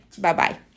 Bye-bye